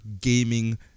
gaming